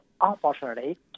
unfortunately